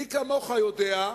מי כמוך יודע,